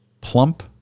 plump